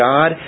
God